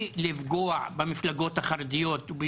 גפני העביר הצעה להעביר את זה לבית החולים בנצרת כדי שלא לפגוע בשבת.